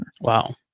wow